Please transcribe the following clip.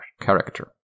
character